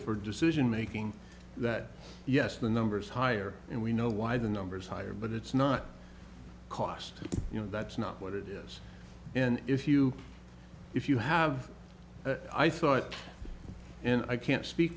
for decision making that yes the numbers higher and we know why the numbers higher but it's not cost you know that's not what it is and if you if you have i thought and i can't speak